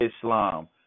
Islam